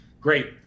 great